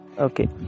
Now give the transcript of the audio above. Okay